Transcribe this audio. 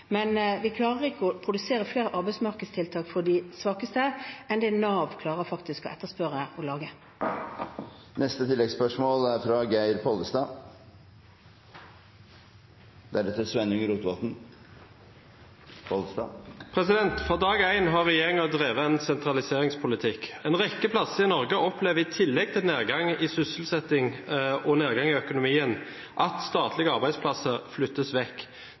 Men vi klarer ikke å produsere flere arbeidsmarkedstiltak for de svakeste enn det Nav faktisk klarer å etterspørre og lage. Geir Pollestad – til oppfølgingsspørsmål. Fra dag én har regjeringen drevet en sentraliseringspolitikk. En rekke plasser i Norge opplever, i tillegg til nedgang i sysselsettingen og nedgang i økonomien, at statlige arbeidsplasser flyttes vekk.